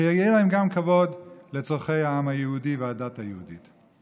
שיהיה להם כבוד גם לצורכי העם היהודי והדת היהודית.